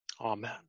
Amen